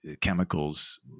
chemicals